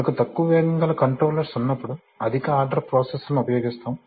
మనకు తక్కువ వేగం గల కంట్రోలర్స్ ఉన్నప్పుడు అధిక ఆర్డర్ ప్రాసెసర్లను ఉపయోగిస్తాము